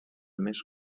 més